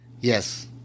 Yes